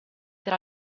tra